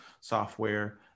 software